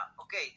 Okay